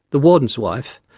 the warden's wife,